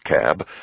cab